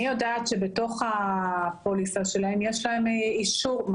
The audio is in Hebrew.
בתוך הפוליסה שלהם יש להם אישור.